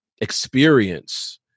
experience